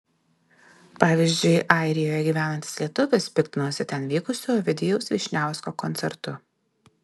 pavyzdžiui airijoje gyvenantis lietuvis piktinosi ten vykusiu ovidijaus vyšniausko koncertu